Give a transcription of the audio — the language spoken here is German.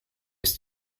ist